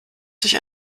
durch